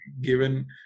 given